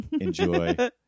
enjoy